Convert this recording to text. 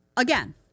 Again